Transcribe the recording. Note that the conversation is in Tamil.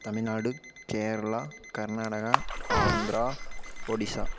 தமிழ்நாடு கேரளா கர்நாடகா ஆந்திரா ஒடிசா